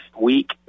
week